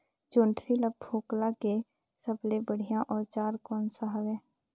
जोंदरी ला फोकला के सबले बढ़िया औजार कोन सा हवे?